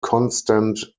constant